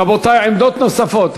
רבותי, עמדות נוספות.